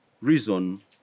reason